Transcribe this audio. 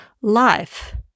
life